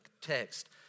text